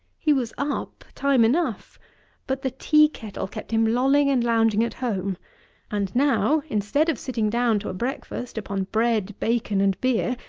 he was up time enough but the tea-kettle kept him lolling and lounging at home and now, instead of sitting down to a breakfast upon bread, bacon, and beer,